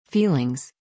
Feelings